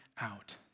out